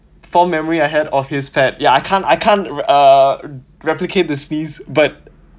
fond memory I had of his pet ya I can't I can't uh replicate the sneeze but